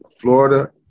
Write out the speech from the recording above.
Florida